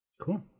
Cool